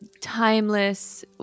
timeless